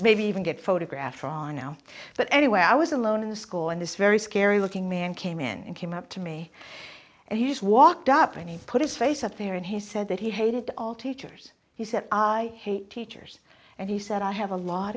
maybe even get photographed drawn out but anyway i was alone in the school in this very scary looking man came in and came up to me and he just walked up and he put his face up there and he said that he hated all teachers he said i hate teachers and he said i have a lot